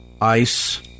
ice